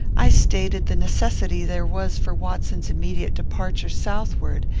i stated the necessity there was for watson's immediate departure southward,